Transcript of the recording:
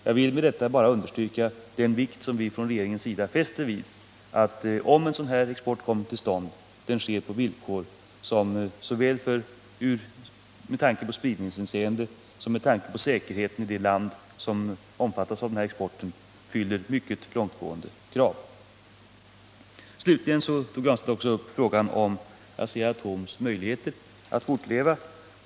Jag vill med det anförda bara understryka den vikt som vi från regeringens sida fäster vid att en sådan export, om den kommer till stånd, sker på villkor som såväl i spridningsavseende som med tanke på säkerheten i det land som omfattas av denna export fyller mycket långtgående krav. Slutligen tog Pär Granstedt också upp frågan om Asea-Atoms möjligheter att fortleva.